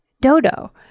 dodo